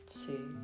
two